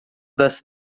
das